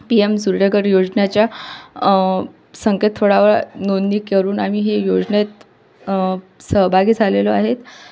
P M Suryaghar योजनेच्या संकेतस्थाळावर नोंदणी करून आम्ही हे योजनेत सहभागी झालेलो आहेत